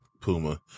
Puma